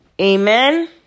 Amen